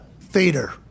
theater